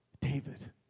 David